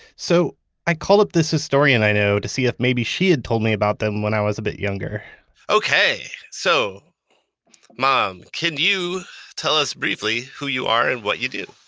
so i call up this historian i know to see if maybe she had told me about them when i was a bit younger okay, so mom, can you tell us briefly who you are and what you do?